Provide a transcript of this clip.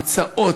הרצאות,